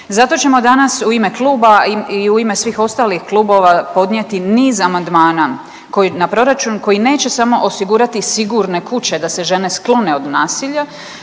zato ćemo danas u ime kluba i u ime svih ostalih klubova podnijeti niz amandmana na proračun koji neće samo osigurati sigurne kuće da se žene sklone od nasilja